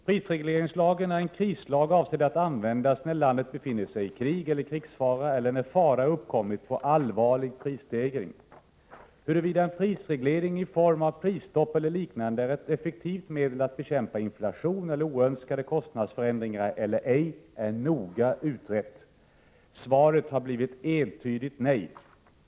Prisregleringslagen är en krislag avsedd att användas när landet befinner sig i krig eller krigsfara eller när fara har uppkommit på allvarlig prisstegring. Huruvida en prisreglering i form av prisstopp eller liknande är ett effektivt medel att bekämpa inflation eller oönskade kostnadsförändringar eller ej är noga utrett. Svaret har blivit entydigt nej.